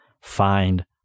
find